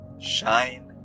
Shine